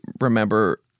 remember